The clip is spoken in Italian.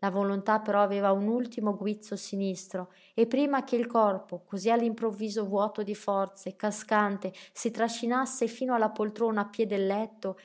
la volontà però aveva un ultimo guizzo sinistro e prima che il corpo cosí all'improvviso vuoto di forze cascante si trascinasse fino alla poltrona a piè del letto